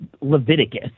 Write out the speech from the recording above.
Leviticus